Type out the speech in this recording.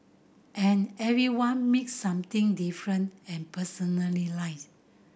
and everyone makes something different and personalised